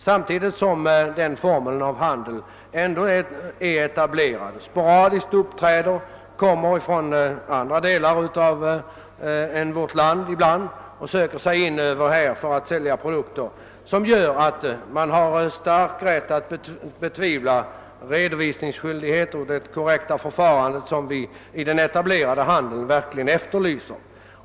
Samtidigt som den här formen av handel finns etablerad, förekommer det att produkter, ofta från andra landsändar, säljs genom en sporadiskt uppträdande affärsverksamhet på ett sätt som gör att det finns anledning betvivla att redovisningsskyldigheten iakttas så som vi i den etablerade handeln önskar.